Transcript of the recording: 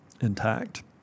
intact